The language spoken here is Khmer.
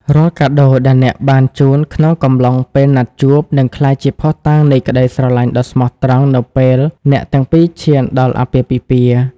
រាល់កាដូដែលអ្នកបានជូនក្នុងកំឡុងពេលណាត់ជួប នឹងក្លាយជាភស្តុតាងនៃក្តីស្រឡាញ់ដ៏ស្មោះត្រង់នៅពេលអ្នកទាំងពីរឈានដល់អាពាហ៍ពិពាហ៍។